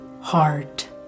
heart